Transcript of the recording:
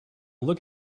look